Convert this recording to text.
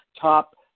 top